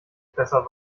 besser